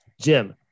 Jim